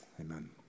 Amen